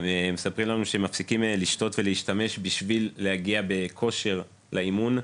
הם מספרים לנו שהם מפסיקים לשתות ולהשתמש כדי להגיע בכושר לאימון,